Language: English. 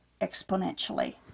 exponentially